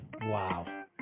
Wow